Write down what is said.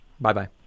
Bye-bye